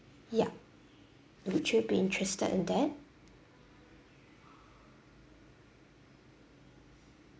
yup would you be interested in that